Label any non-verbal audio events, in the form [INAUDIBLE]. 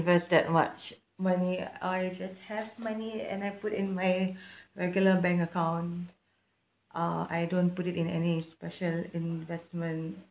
invest that much money I just have money and I put in my [BREATH] regular bank account uh I don't put it in any special investment